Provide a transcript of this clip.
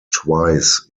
twice